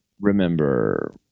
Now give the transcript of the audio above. remember